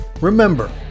Remember